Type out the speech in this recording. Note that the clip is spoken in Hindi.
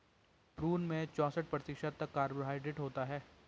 प्रून में चौसठ प्रतिशत तक कार्बोहायड्रेट होता है